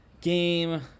game